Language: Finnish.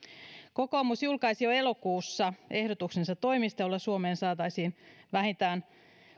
kokoomus julkaisi jo elokuussa ehdotuksensa toimista joilla suomeen saataisiin vähintään